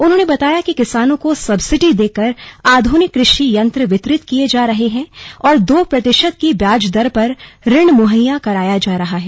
उन्होंने बताया कि किसानों को सब्सिडी देकर आध्निक क्रषि यंत्र वितरित किए जा रहे हैं और दो प्रतिशत की ब्याज दर पर ऋण मुहैया कराया जा रहा है